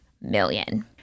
million